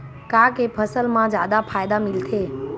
का के फसल मा जादा फ़ायदा मिलथे?